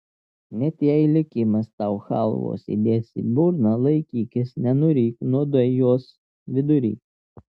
net jei likimas tau chalvos įdės į burną laikykis nenuryk nuodai jos vidury